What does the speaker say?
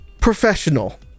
Professional